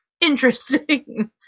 Interesting